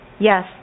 Yes